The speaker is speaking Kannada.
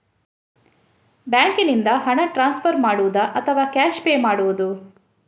ಬ್ಯಾಂಕಿನಿಂದ ಹಣ ಟ್ರಾನ್ಸ್ಫರ್ ಮಾಡುವುದ ಅಥವಾ ಕ್ಯಾಶ್ ಪೇ ಮಾಡುವುದು?